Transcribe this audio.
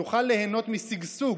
תוכל ליהנות משגשוג,